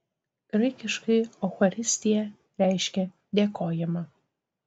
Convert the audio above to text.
graikiškai eucharistija reiškia dėkojimą